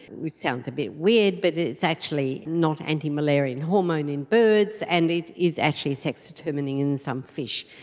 which sounds a bit weird, but it's actually not anti-malarian hormone in birds and it is actually sex determining in some fish.